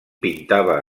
pintava